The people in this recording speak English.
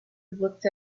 looked